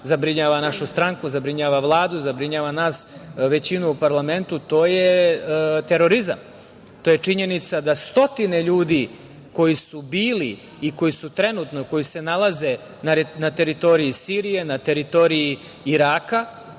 zabrinjava našu stranku zabrinjava Vladu, nas većinu u parlamentu, to je terorizam. To je činjenica da stotine ljudi koji su bili i koji su trenutno, koji se nalaze na teritoriji Sirije, na teritoriji Iraka